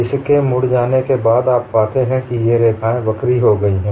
इसके मुड़ जाने के बाद आप पाते हैं कि ये रेखाएँ वक्री हो गई हैं